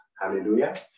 Hallelujah